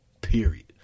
period